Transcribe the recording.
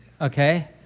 Okay